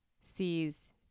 sees